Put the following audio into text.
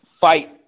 fight